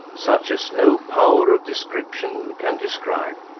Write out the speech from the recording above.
such as no power of description can describe,